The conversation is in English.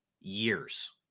years